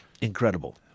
Incredible